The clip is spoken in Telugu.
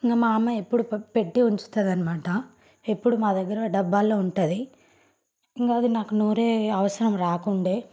మా అమ్మ ఎప్పుడు పెట్టి ఉంచుతుంది అన్నమాట ఎప్పుడు మా దగ్గర డబ్బాల్లో ఉంటుంది ఇంక నాకు అది నూరే అవసరం రాకుండే